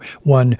one